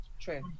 True